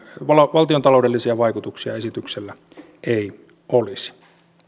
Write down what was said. valtiontaloudellisia vaikutuksia esityksellä ei olisi